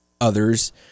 others